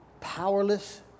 powerless